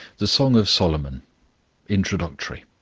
the song of solomon introductory